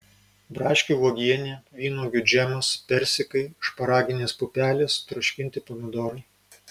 braškių uogienė vynuogių džemas persikai šparaginės pupelės troškinti pomidorai